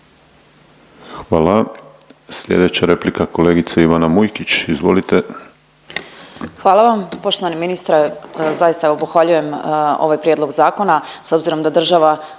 vam. Sljedeća replika, kolegica Ivana Mujkić, izvolite. **Mujkić, Ivana (DP)** Hvala vam, poštovani ministre, zaista pohvaljujem ovaj prijedlog zakona, s obzirom da država